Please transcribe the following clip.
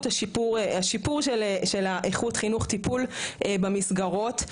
השיפור של האיכות חינוך טיפול במסגרות,